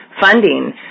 funding